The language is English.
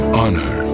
honor